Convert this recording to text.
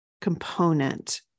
component